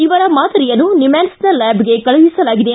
ಇವರ ಮಾದರಿಯನ್ನು ನಿಮ್ಹಾನ್ನ ಲ್ಲಾಬ್ಗೆ ಕಳುಹಿಸಲಾಗಿದೆ